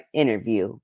interview